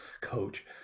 coach